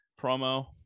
promo